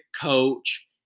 coach